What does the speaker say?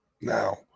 Now